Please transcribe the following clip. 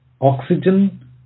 oxygen